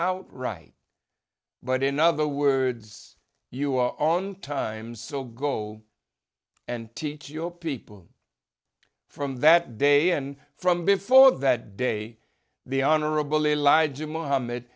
out right but in other words you are on time so go and teach your people from that day and from before that day the honorable elijah mohammed